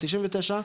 99 ,